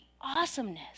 awesomeness